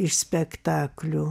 iš spektaklių